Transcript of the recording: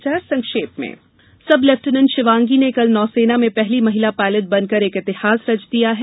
नौसेना महिला pilot sub lieutenant Shivangi ने कल नौसेना में पहली महिला पायलट बनकर एक इतिहास रच दिया है